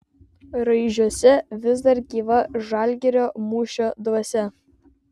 raižiuose vis dar gyva žalgirio mūšio dvasia